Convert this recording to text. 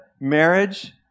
marriage